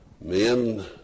Men